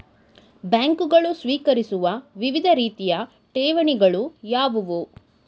ಬ್ಯಾಂಕುಗಳು ಸ್ವೀಕರಿಸುವ ವಿವಿಧ ರೀತಿಯ ಠೇವಣಿಗಳು ಯಾವುವು?